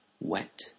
wet